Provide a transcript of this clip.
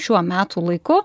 šiuo metų laiku